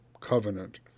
covenant